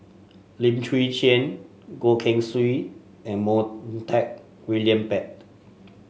Lim Chwee Chian Goh Keng Swee and Montague William Pett